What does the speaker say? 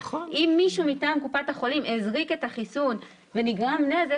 אם מישהו מטעם קופת החולים הזריק את החיסון ונגרם נזק,